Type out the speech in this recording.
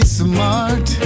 smart